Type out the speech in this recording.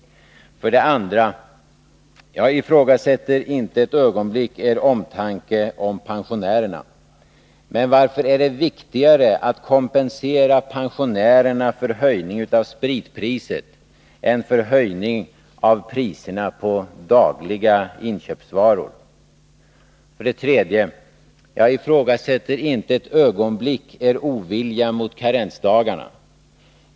För det andra: Jag ifrågasätter inte ett ögonblick er omtanke om pensionärerna. Men varför är det viktigare att kompensera pensionärerna för höjning av spritpriset än för höjning av priserna på dagligvaror? För det tredje: Jag ifrågasätter inte ett ögonblick er ovilja mot karensdagarna.